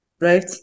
Right